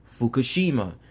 Fukushima